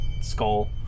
skull